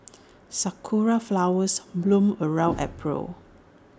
Sakura Flowers bloom around April